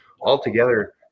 altogether